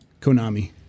Konami